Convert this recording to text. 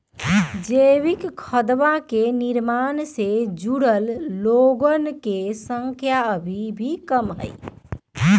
जैविक खदवा के निर्माण से जुड़ल लोगन के संख्या अभी भी कम हई